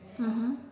mmhmm